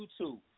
YouTube